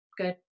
Good